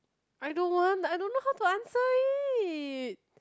I don't want I don't know how to answer it